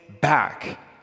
back